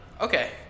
okay